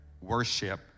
Worship